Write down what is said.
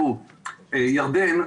ירדן,